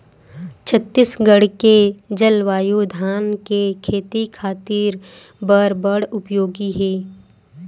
छत्तीसगढ़ के जलवायु धान के खेती खातिर बर बड़ उपयोगी हे